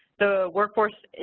the workforce